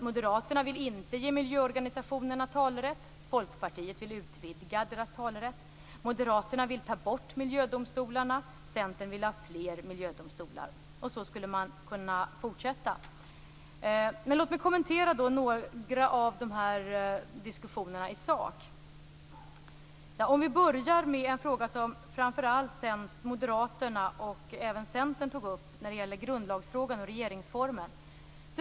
Moderaterna vill inte ge miljöorganisationerna talerätt, Folkpartiet vill utvidga deras talerätt. Moderaterna vill ta bort miljödomstolarna, Centern vill ha fler miljödomstolar. Så skulle man kunna fortsätta. Låt mig kommentera några av diskussionerna i sak. Jag börjar med en fråga som framför allt Moderaterna och även Centern tog upp. Det gäller grundlagen och regeringsformen.